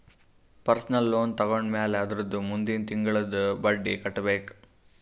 personal loan ತೊಂಡಮ್ಯಾಲ್ ಅದುರ್ದ ಮುಂದಿಂದ್ ತಿಂಗುಳ್ಲಿಂದ್ ಬಡ್ಡಿ ಕಟ್ಬೇಕ್